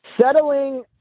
settling